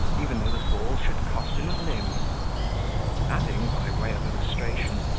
even though the fall should cost him a limb adding, by way of illustration,